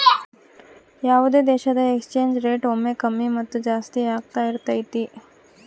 ಯಾವುದೇ ದೇಶದ exchange rate ಒಮ್ಮೆ ಕಮ್ಮಿ ಮತ್ತು ಜಾಸ್ತಿ ಆಗ್ತಾ ಇರತೈತಿ